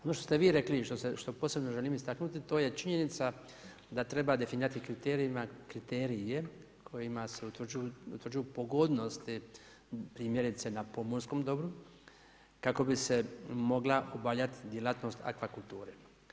Ono što ste vi rekli i što posebno želim istaknuti, to je činjenica da treba definirati kriterije kojima se utvrđuju pogodnosti primjerice na pomorskom dobru kak bi se mogla obavljati djelatnosti akvakulture.